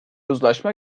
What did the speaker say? uzlaşma